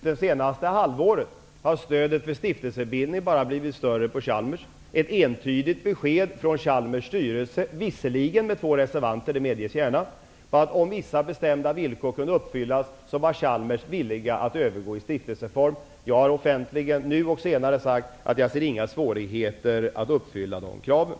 Det senaste halvåret har stödet för stiftelsebildning bara blivit större på Chalmers. Ett entydigt besked från Chalmers styrelse -- visserligen med två reservanter, det medges gärna -- innebar att man var villig att övergå i stiftelseform om vissa bestämda villkor kunde uppfyllas. Jag har offentligen nu och tidigare sagt att jag inte ser några svårigheter att uppfylla de kraven.